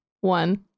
one